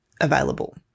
available